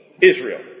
Israel